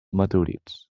meteorits